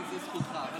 זו זכותך.